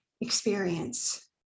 experience